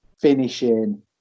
finishing